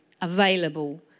available